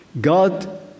God